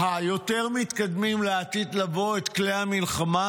היותר-מתקדמים לעתיד לבוא, את כלי המלחמה?